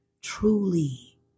truly